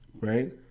right